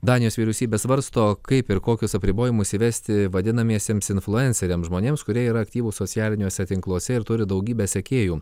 danijos vyriausybė svarsto kaip ir kokius apribojimus įvesti vadinamiesiems influenceriams žmonėms kurie yra aktyvūs socialiniuose tinkluose ir turi daugybę sekėjų